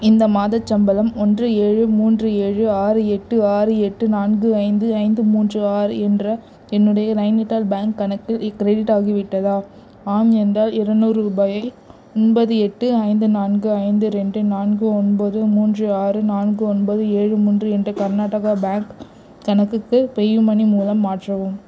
இந்த மாதச் சம்பளம் ஒன்று ஏழு மூன்று ஏழு ஆறு எட்டு ஆறு எட்டு நான்கு ஐந்து ஐந்து மூன்று ஆறு என்ற என்னுடைய நைனிடால் பேங்க் கணக்கில் கிரெடிட் ஆகிவிட்டதா ஆம் என்றால் இரநூறு ரூபாயை ஒன்பது எட்டு ஐந்து நான்கு ஐந்து ரெண்டு நான்கு ஒன்பது மூன்று ஆறு நான்கு ஒன்பது ஏழு மூன்று என்ற கர்நாடகா பேங்க் கணக்குக்கு பேயூமனி மூலம் மாற்றவும்